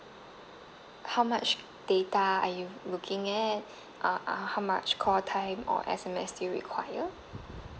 how much data are you looking at uh how much call time or S_M_S do you require